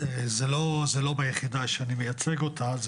זה לא ביחידה שאני מייצג אותה.